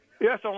Yes